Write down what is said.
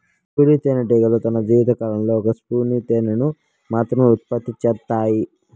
కూలీ తేనెటీగలు తన జీవిత కాలంలో ఒక స్పూను తేనెను మాత్రమె ఉత్పత్తి చేత్తాయి